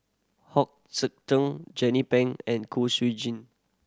Hong Sek Teng Jernnine Ping and Kwek Jin